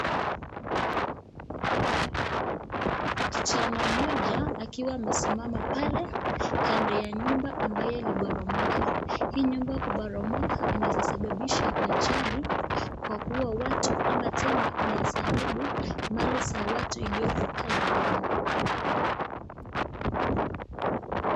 Kijana mmoja akiwa amesimama pale kando ya nyumba ambayo iliboromoka hii nyuma kuboromoka inaweza sababisha ajali kwa kuua watu ama tena inaeza haribu mali za watu iliyoko pale ndani.